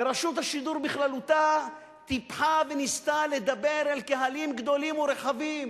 ורשות השידור בכללותה טיפחה וניסתה לדבר אל קהלים גדולים ורחבים,